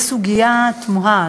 יש סוגיה תמוהה.